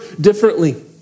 differently